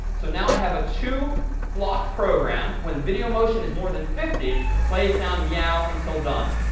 so now i have a two block program. when video motion is more than fifty, play sound meow until done.